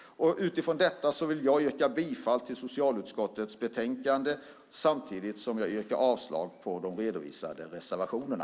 Utifrån detta yrkar jag bifall till socialutskottets förslag i betänkandet samtidigt som jag yrkar avslag på de redovisade reservationerna.